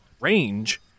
range